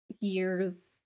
years